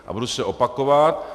A budu se opakovat.